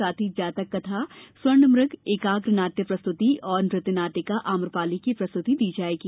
साथ ही जातक कथा स्वर्णमूग एकाग्र नाट्य प्रस्तुति एवं नृत्य नाटिका आम्रपाली की प्रस्तुति दी जाएगी